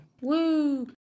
Woo